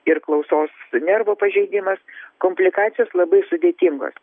ir klausos nervo pažeidimas komplikacijos labai sudėtingos